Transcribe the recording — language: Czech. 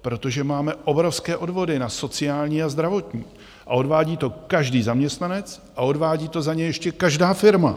Protože máme obrovské odvody na sociální a zdravotní, odvádí to každý zaměstnanec a odvádí to za ně ještě každá firma.